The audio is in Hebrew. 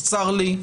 אז צר לי,